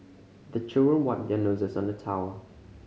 the children wipe their noses on the towel